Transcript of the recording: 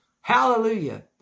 Hallelujah